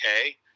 okay